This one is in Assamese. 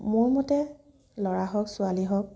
মোৰ মতে ল'ৰা হওক ছোৱালী হওক